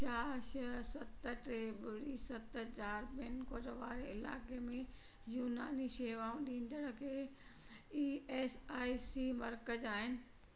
छा छह सत टे ॿुड़ी पिनकोड वारे इलाइक़े में यूनानी शेवाऊं ॾींदड़ु कोई ई एस आई सी मर्कज़ आहिन